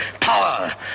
Power